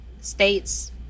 states